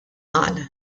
qal